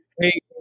Hey